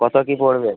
কতো কী পড়বে